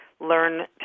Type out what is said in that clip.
learn